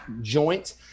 joint